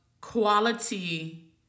quality